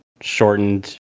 shortened